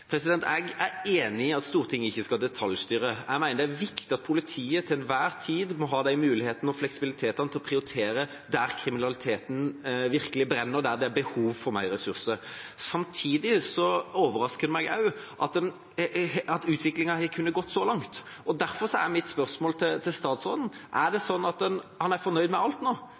Jeg er enig i at Stortinget ikke skal detaljstyre. Jeg mener det er viktig at politiet til enhver tid må ha muligheten og fleksibiliteten til å prioritere der kriminaliteten virkelig brenner, der det er behov for mer ressurser. Samtidig overrasker det meg også at utviklingen har kunnet gå så langt, og derfor er mitt spørsmål til statsråden: Er han er fornøyd med alt nå? Hva er det egentlig justisministeren ønsker å bidra med for å få stoppet situasjonen? For slik jeg hører justisministeren nå,